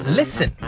listen